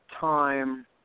time